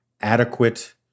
adequate